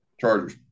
Chargers